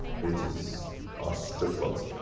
queens was our strip club's.